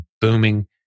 booming